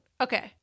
Okay